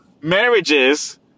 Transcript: marriages